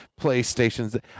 playstations